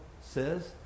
says